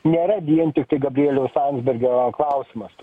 nėra vien tiktai gabrieliaus landsbergio klausimas